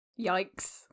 Yikes